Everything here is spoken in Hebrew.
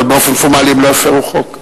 אבל באופן פורמלי הם לא הפירו חוק.